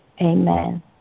Amen